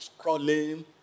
scrolling